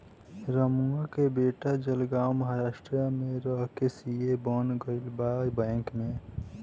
रमुआ के बेटा जलगांव महाराष्ट्र में रह के सी.ए बन गईल बा बैंक में